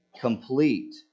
complete